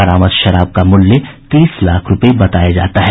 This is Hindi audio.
बरामद शराब का मूल्य तीस लाख रूपये बताया जाता है